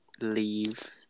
leave